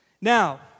Now